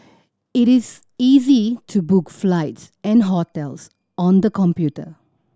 it is easy to book flights and hotels on the computer